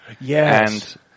Yes